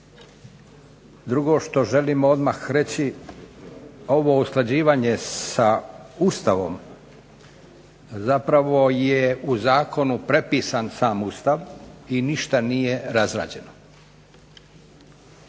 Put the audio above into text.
Drugo što želim odmah reći, ovo usklađivanje sa Ustavom zapravo je u zakonu prepisan sam Ustav i ništa nije razrađeno.